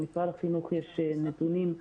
למשרד החינוך יש נתוני אמת,